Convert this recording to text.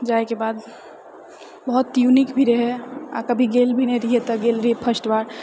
जाइके बाद बहुत यूनिक भी रहै आओर कभी गेल भी नहि रहियै तऽ गेल रहियै फर्स्ट बार